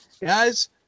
Guys